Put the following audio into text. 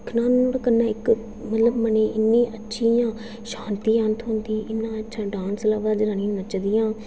दिक्खना होर कन्नै इक्क मतलब मनै गी इ'न्नी इं'या शांति जन थ्होंदी इ'न्ना अच्छा डांस लभदा जनानियां नचदियां